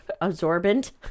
absorbent